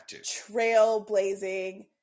trailblazing